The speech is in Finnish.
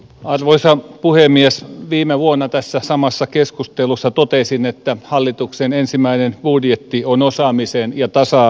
arvoisa puhemies viime vuonna tässä samassa keskustelussa totesin että hallituksen ensimmäinen budjetti on osaamisen ja tasa